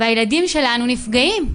והילדים שלנו נפגעים.